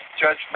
Judge